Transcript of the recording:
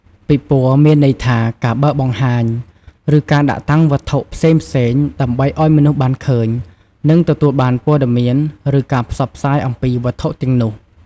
ពិព័រណ៍ មានន័យថា ការបើកបង្ហាញ ឬការដាក់តាំងវត្ថុផ្សេងៗ ដើម្បីឲ្យមនុស្សបានឃើញ និងទទួលបានព័ត៌មាន ឬការផ្សព្វផ្សាយអំពីវត្ថុទាំងនោះ។